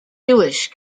jewish